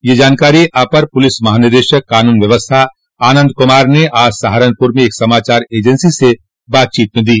यह जानकारी अपर पुलिस महानिदेशक कानून व्यवस्था आनन्द कुमार ने आज सहारनपुर में एक समाचार एजेंसी से बातचीत करते हुए दो